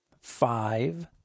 five